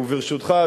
וברשותך,